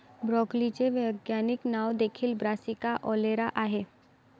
ब्रोकोलीचे वैज्ञानिक नाव देखील ब्रासिका ओलेरा आहे